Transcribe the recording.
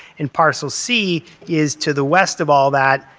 and parcel c is to the west of all that,